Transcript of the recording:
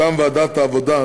מטעם ועדת העבודה,